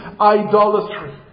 idolatry